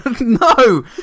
no